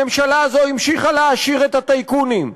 הממשלה הזו המשיכה להעשיר את הטייקונים.